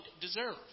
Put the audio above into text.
deserve